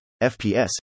FPS